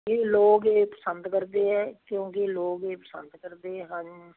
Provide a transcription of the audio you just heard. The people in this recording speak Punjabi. ਇਹ ਲੋਕ ਇਹ ਪਸੰਦ ਕਰਦੇ ਹੈ ਕਿਉਂਕਿ ਲੋਕ ਇਹ ਪਸੰਦ ਕਰਦੇ ਹਨ